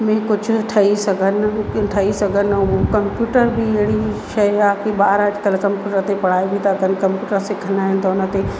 में कुझु ठही सघनि ठही सघनि ऐं कंप्युटर बि अहिड़ी ई शइ आहे की ॿार अॼकल्ह कंप्युटर ते पढ़ाई बि था कनि कंप्युटर सिखंदा आहिनि त उन ते